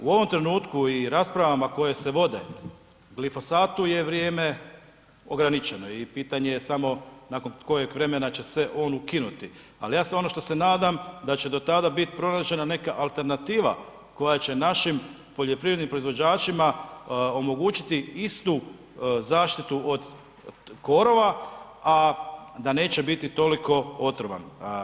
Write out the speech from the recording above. U ovom trenutku i raspravama koje se vode, glifosatu je vrijeme ograničeno i pitanje je samo nakon kojeg vremena će se on ukinuti, ali ono što se nadam da će do tada biti pronađena neka alternativa koja će našim poljoprivrednim proizvođačima omogućiti istu zaštitu od korova, a da neće biti toliko otrovan.